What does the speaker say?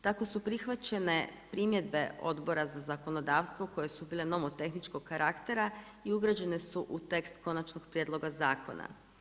Tako su prihvaćene primjedbe Odbora za zakonodavstvo koje su bile novo-tehničkog karaktera, i ugrađene su u tekst konačnog prijedloga zakona.